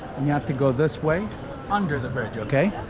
and you have to go this way under the bridge, okay?